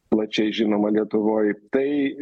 plačiai žinoma lietuvoj tai